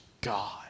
God